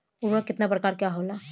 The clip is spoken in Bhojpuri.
उर्वरक केतना प्रकार के होला?